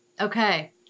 Okay